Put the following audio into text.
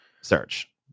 search